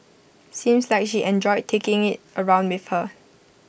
seems like she enjoyed taking IT around with her